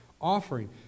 offering